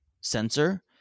sensor